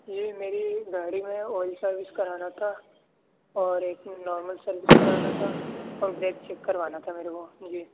یہ میری گاڑی میں آئل سروس کرانا تھا اور ایک نارمل سروس کرانا تھا اور بریک چیک کروانا تھا میرے کو جی